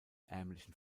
ärmlichen